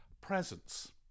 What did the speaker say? presence